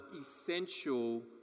essential